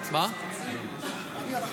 להלן תוצאות